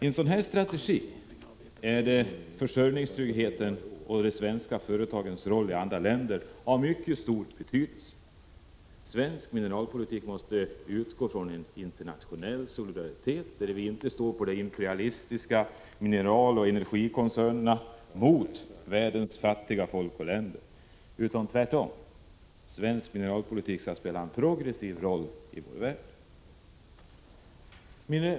Ten sådan strategi är försörjningstryggheten och de svenska företagens roll i andra länder av mycket stor betydelse. Svensk mineralpolitik måste utgå från en internationell solidaritet, där vi inte står på de imperialistiska mineraloch energikoncernernas sida mot världens fattiga folk och länder, utan tvärtom skall svensk mineralpolitik spela en progressiv roll i vår värld.